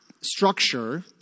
structure